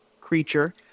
creature